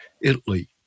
Italy